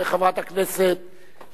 תודה רבה לחברת הכנסת גלאון,